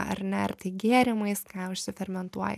ar ne ar tai gėrimais ką užsifermentuoji